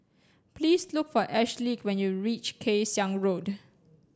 please look for Ashleigh when you reach Kay Siang Road